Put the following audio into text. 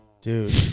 dude